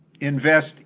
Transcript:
invest